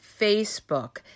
Facebook